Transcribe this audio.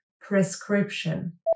prescription